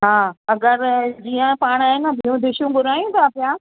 हा अगरि जीअं पाण ए न ॿियूं डिशूं घुरायूं था पिया